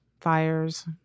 fires